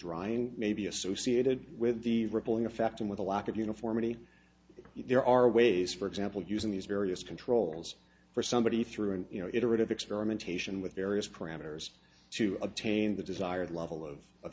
drying may be associated with the rippling effect and with a lack of uniformity if there are ways for example using these various controls for somebody through an you know iterative experimentation with various parameters to obtain the desired level of of